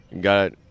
got